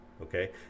okay